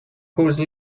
whose